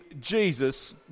Jesus